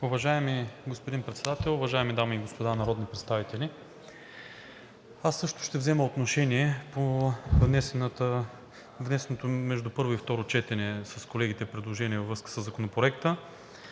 Уважаеми господин Председател, уважаеми дами и господа народни представители! Аз също ще взема отношение по внесеното между първо и второ четене с колегите предложение във връзка със Законопроекта.